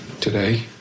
today